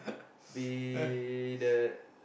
be the